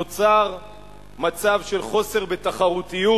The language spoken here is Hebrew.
נוצר מצב של חוסר בתחרותיות.